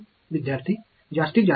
विद्यार्थीः जास्तीत जास्त एन